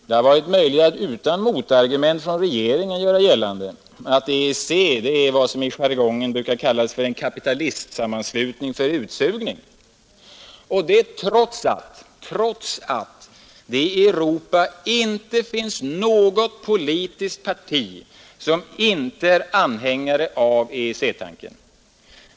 Det har varit möjligt att utan motargument från regeringen göra gällande att EEC är vad som i jargongen brukar kallas en ”kapitalistsammanslutning för utsugning” — och detta trots att det i Europa inte finns något politiskt parti som inte är anhängare av EEC-tanken.